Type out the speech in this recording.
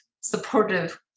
supportive